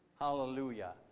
Hallelujah